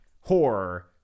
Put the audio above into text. horror